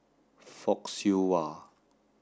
Fock Siew Wah